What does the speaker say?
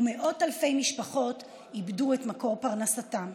ומאות אלפי משפחות איבדו את מקור פרנסתן.